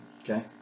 Okay